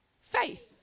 faith